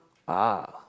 ah